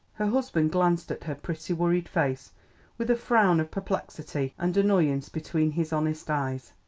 her husband glanced at her pretty worried face with a frown of perplexity and annoyance between his honest eyes.